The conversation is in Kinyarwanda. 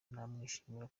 nakwishimira